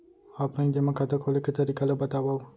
Offline जेमा खाता खोले के तरीका ल बतावव?